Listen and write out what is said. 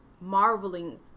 marveling